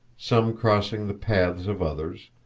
some crossing the paths of others,